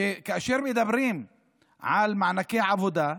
שכאשר מדברים על מענקי עבודה,